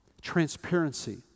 transparency